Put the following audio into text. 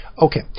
Okay